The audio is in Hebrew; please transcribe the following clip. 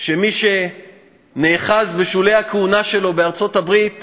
שמי שנאחז בשולי הכהונה שלו בארצות-הברית